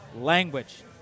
language